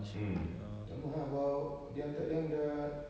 mm lama ah about diam tak diam dah